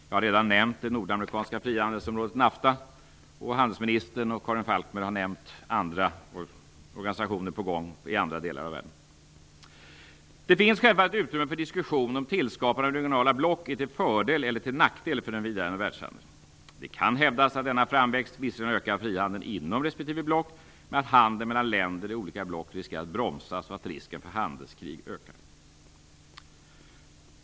Jag har redan nämnt det nordamerikanska frihandelsområdet NAFTA, och handelsministern och Karin Falkmer har nämnt andra organisationer som är på gång i andra delar av världen. Det finns självfallet utrymme för diskussion om tillskapandet av regionala block är till fördel eller till nackdel för en friare världshandel. Det kan hävdas att denna framväxt visserligen ökar frihandeln inom respektive block, men att handeln mellan länder i olika block riskerar att bromsas och att risken för handelskrig ökar.